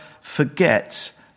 forgets